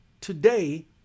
today